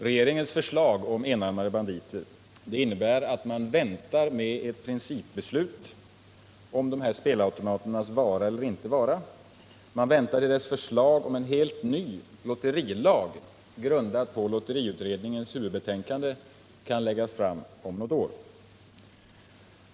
Regeringens förslag om ”enarmade banditer” innebär att man väntar med ett principbeslut om dessa spelautomaters vara eller inte vara tills ett förslag om en helt ny lotterilag, grundat på lotteriutredningens huvudbetänkande, kan läggas fram om något år.